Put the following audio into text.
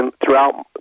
throughout